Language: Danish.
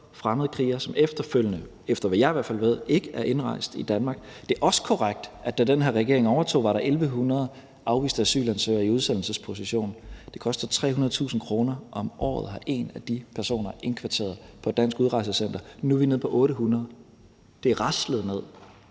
fremmedkrigere, som efterfølgende – efter hvad jeg i hvert fald ved – ikke er indrejst i Danmark. Det er også korrekt, at da den her regering overtog, var der 1.100 afviste asylansøgere i udsendelsesposition. Det koster 300.000 kr. om året at have en af de personer indkvarteret på et dansk udrejsecenter. Nu er vi nede på 800. Det er raslet ned,